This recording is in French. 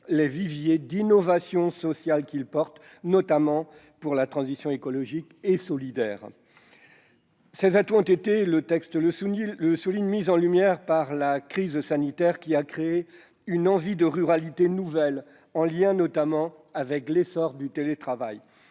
des viviers d'innovation sociale qu'ils portent, notamment pour la transition écologique et solidaire. Comme le texte le souligne, ces atouts ont été mis en lumière par la crise sanitaire, qui a créé une envie de ruralité nouvelle, en lien notamment avec l'essor du télétravail.